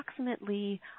approximately